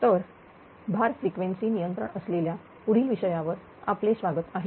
तर भार फ्रिक्वेन्सी नियंत्रण असलेल्या पुढील विषयावर आपले स्वागत आहे